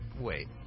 wait